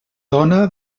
dona